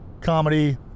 Comedy